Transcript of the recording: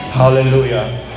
hallelujah